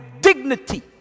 dignity